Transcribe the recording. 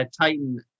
titan